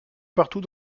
partout